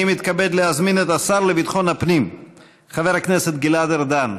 אני מתכבד להזמין את השר לביטחון הפנים חבר הכנסת גלעד ארדן